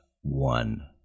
one